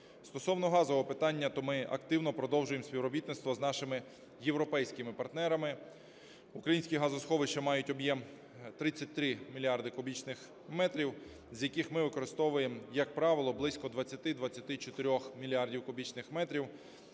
Стосовно газового питання, то ми активно продовжуємо співробітництво з нашими європейськими партнерами. Українські газосховища мають об'єм 33 мільярди кубічних метрів, з яких ми використовуємо, як правило, близько 20-24 мільярдів кубічних метрів.